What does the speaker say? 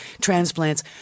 transplants